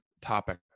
topic